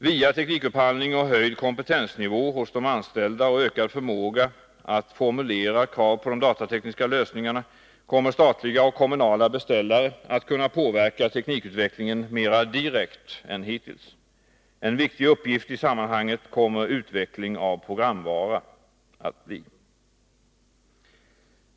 Via teknikupphandling och höjd kompetensnivå hos de anställda och ökad förmåga att formulera krav på de datatekniska lösningarna kommer statliga och kommunala beställare att kunna påverka teknikutvecklingen mera direkt än hittills. En viktig uppgift i sammanhanget kommer utveckling av programvara att bli.